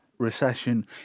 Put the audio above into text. recession